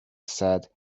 said